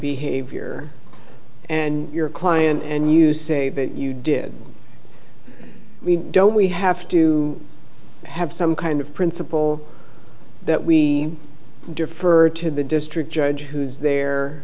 behavior and your client and you say that you did we don't we have to have some kind of principle that we defer to the district judge who's there